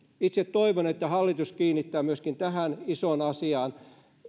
itse toivon että hallitus kiinnittää myöskin tähän isoon asiaan